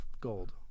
gold